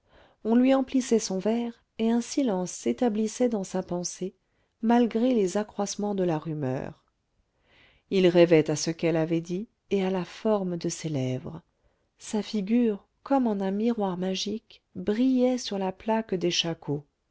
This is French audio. on lui emplissait son verre et un silence s'établissait dans sa pensée malgré les accroissements de la rumeur il rêvait à ce qu'elle avait dit et à la forme de ses lèvres sa figure comme en un miroir magique brillait sur la plaque des